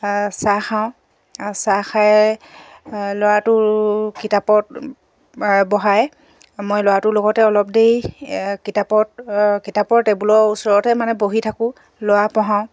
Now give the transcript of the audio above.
চাহ খাওঁ চাহ খাই ল'ৰাটো কিতাপত বহাই মই ল'ৰাটোৰ লগতে অলপ দেৰি কিতাপত কিতাপৰ টেবুলৰ ওচৰতে মানে বহি থাকোঁ ল'ৰা পঢ়াওঁ